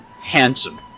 handsome